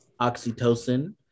oxytocin